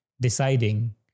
deciding